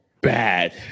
Bad